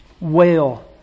Wail